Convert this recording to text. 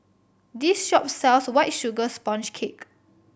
this shop sells White Sugar Sponge Cake